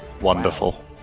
Wonderful